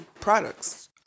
products